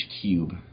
cube